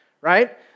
Right